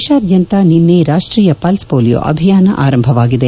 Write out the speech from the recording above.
ದೇಶಾದ್ಯಂತ ನಿನ್ನೆ ರಾಷ್ಟೀಯ ಪಲ್ಸ್ ಪೋಲಿಯೋ ಅಭಿಯಾನ ಅರಂಭವಾಗಿದೆ